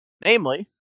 Namely